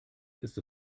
ist